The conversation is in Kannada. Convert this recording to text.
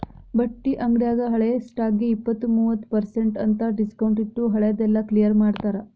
ಬಟ್ಟಿ ಅಂಗ್ಡ್ಯಾಗ ಹಳೆ ಸ್ಟಾಕ್ಗೆ ಇಪ್ಪತ್ತು ಮೂವತ್ ಪರ್ಸೆನ್ಟ್ ಅಂತ್ ಡಿಸ್ಕೊಂಟ್ಟಿಟ್ಟು ಹಳೆ ದೆಲ್ಲಾ ಕ್ಲಿಯರ್ ಮಾಡ್ತಾರ